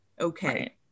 Okay